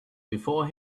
before